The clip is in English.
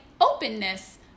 openness